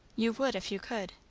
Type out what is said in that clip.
you would if you could.